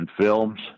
films